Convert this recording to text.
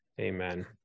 Amen